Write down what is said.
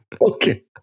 Okay